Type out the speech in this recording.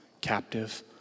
captive